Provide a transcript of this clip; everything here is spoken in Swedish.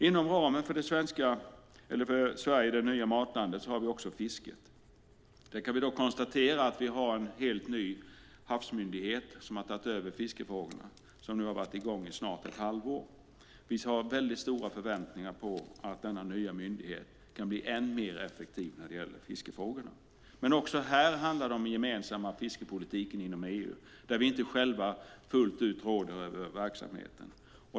Inom ramen för Sverige - det nya matlandet har vi också fisket. Vi kan konstatera att vi har en helt ny havsmyndighet som har varit i gång i snart ett halvår och som har tagit över fiskefrågorna. Vi har väldigt stora förväntningar på att denna nya myndighet kan bli än mer effektiv när det gäller fiskefrågorna. Men också här handlar det om den gemensamma fiskepolitiken inom EU där vi inte själva fullt ut råder över verksamheten.